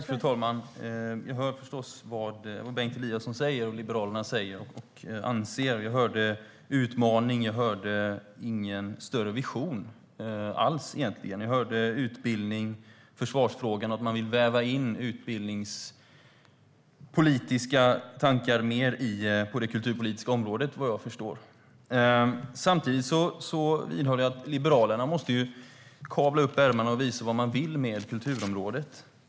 Fru talman! Jag hör förstås vad Bengt Eliasson och Liberalerna säger och anser. Jag hörde något om utmaning. Jag hörde egentligen inget alls om någon större vision. Jag hörde om utbildning och försvarsfrågorna. Man vill väva in utbildningspolitiska tankar mer på det kulturpolitiska området, vad jag förstår. Samtidigt vidhåller jag att Liberalerna måste kavla upp ärmarna och visa vad de vill med kulturområdet.